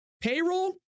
Payroll